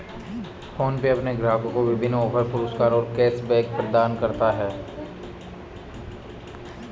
PhonePe अपने ग्राहकों को विभिन्न ऑफ़र, पुरस्कार और कैश बैक प्रदान करता है